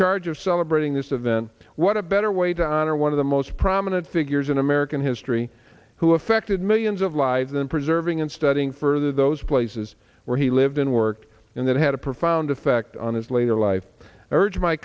charge of celebrating this of the what a better way to honor one of the most prominent figures in american history who affected millions of lives and preserving and studying for those places where he lived and worked in that had a profound effect on his later life urge my